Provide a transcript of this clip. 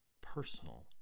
personal